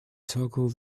toggle